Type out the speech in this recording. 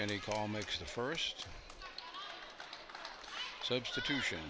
a call makes the first substitution